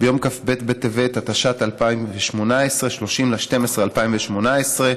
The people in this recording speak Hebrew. ביום כ"ב בטבת התשע"ט, 30 בדצמבר 2018,